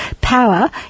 power